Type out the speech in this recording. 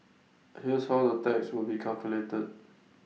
here's how the tax will be calculated